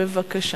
בבקשה.